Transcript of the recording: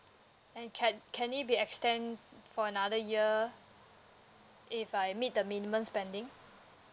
and can can it be extend for another year if I meet the minimum spending